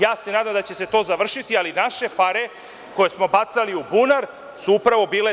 Ja se nadam da će se to završiti, ali naše pare koje smo bacali u bunar su upravo bile to.